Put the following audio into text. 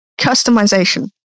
customization